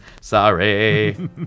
Sorry